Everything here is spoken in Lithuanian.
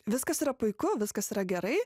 viskas yra puiku viskas yra gerai